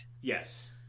Yes